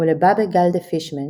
ולבאבע גאלדע פישמן,